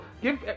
give